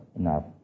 enough